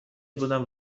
بودم